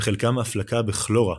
וחלקם אף לקה בכולרה,